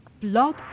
blog